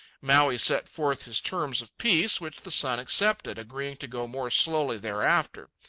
maui set forth his terms of peace, which the sun accepted, agreeing to go more slowly thereafter.